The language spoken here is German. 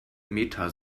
meta